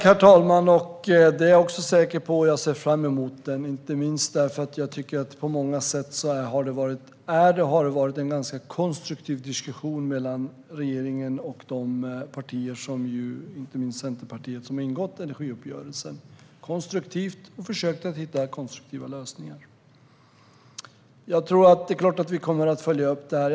Herr talman! Det är jag säker på. Jag ser fram emot den diskussionen, inte minst därför att jag tycker att det på många sätt är och har varit en ganska konstruktiv diskussion mellan regeringen och de partier som ingått energiuppgörelsen, inte minst Centerpartiet. Man har försökt hitta konstruktiva lösningar. Det är klart att vi kommer att följa upp det här.